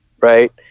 right